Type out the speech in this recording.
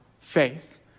faith